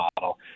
model